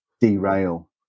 derail